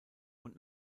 und